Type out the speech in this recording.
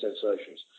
sensations